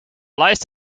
lijst